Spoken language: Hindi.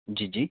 जी जी